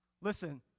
Listen